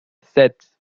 sept